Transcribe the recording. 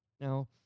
Now